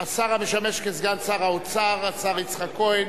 השר המשמש סגן שר האוצר, השר יצחק כהן,